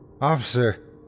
Officer